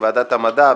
לוועדת המדע,